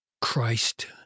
Christ